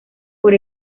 por